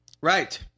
right